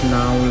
now